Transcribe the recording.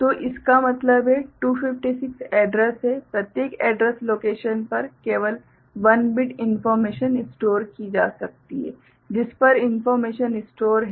तो इसका मतलब है 256 एड्रैस हैं प्रत्येक एड्रैस लोकेशन पर केवल 1 बिट इन्फोर्मेशन स्टोर की जा सकती है जिस पर इन्फोर्मेशन स्टोर है